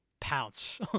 pounce